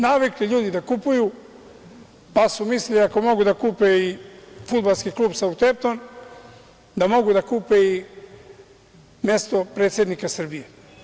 Navikli ljudi da kupuju, pa su mislili ako mogu da kupe i fudbalski klub „Sautempton“, da mogu da kupe i mesto predsednika Srbije.